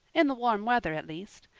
in the warm weather at least.